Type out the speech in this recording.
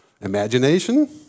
imagination